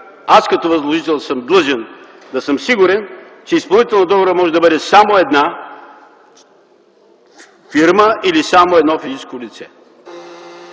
Аз като възложител съм длъжен да съм сигурен, че изпълнителят на договора може да бъде само една фирма или само едно физическо лице.